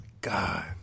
God